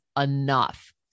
enough